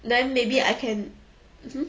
then maybe I can hmm